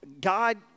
God